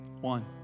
One